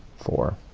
four,